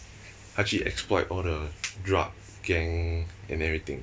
他去 exploit all the drug gang and everything